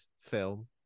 film